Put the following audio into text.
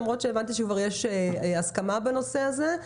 למרות שהבנתי שכבר יש הסכמה בנושא הזה.